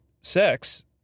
sex